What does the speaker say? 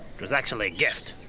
was actually a gift.